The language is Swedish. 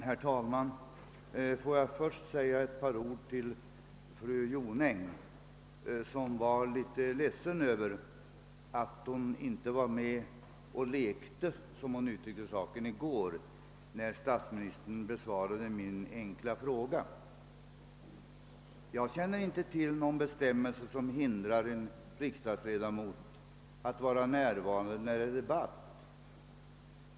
Herr talman! Fru Jonäng var litet ledsen över att hon inte var med och lekte — som hon uttryckte saken — i går när statsministern besvarade min enkla fråga. Jag känner inte till att det finns någon bestämmelse som hindrar en riksdagsledamot från att vara närvarande när det är debatt.